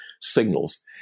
signals